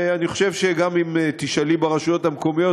ואני חושב שגם אם תשאלי ברשויות המקומיות,